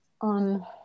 on